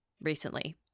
recently